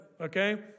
okay